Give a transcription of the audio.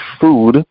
food